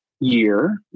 year